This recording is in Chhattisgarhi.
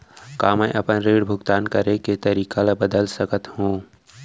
का मैं अपने ऋण भुगतान करे के तारीक ल बदल सकत हो?